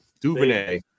Duvernay